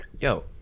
Yo